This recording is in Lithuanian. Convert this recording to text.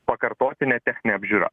pakartotinė techninė apžiūra